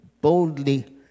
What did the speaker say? boldly